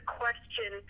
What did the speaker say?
question